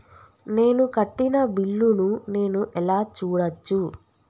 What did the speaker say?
నేను కట్టిన బిల్లు ను నేను ఎలా చూడచ్చు?